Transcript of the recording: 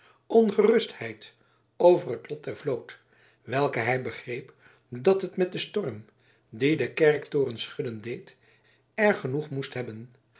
ongerustheid over het lot der vloot welke hij begreep dat het met den storm die den kerktoren schudden deed erg genoeg moest hebben